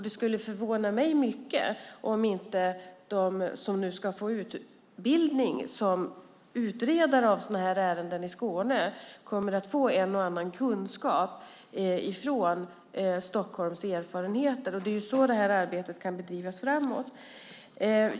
Det skulle förvåna mig mycket om inte de som nu ska få utbildning som utredare av sådana här ärenden i Skåne kommer att få en och annan kunskap av Stockholms erfarenheter. Det är så det här arbetet kan drivas framåt.